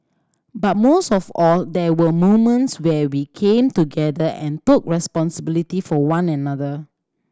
but most of all there were moments where we came together and took responsibility for one another